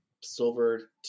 silver